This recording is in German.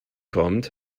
kommt